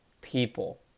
people